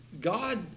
God